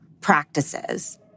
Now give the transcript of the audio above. practices